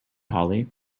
hollie